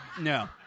no